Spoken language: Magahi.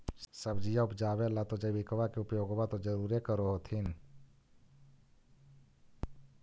सब्जिया उपजाबे ला तो जैबिकबा के उपयोग्बा तो जरुरे कर होथिं?